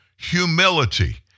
Humility